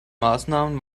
maßnahmen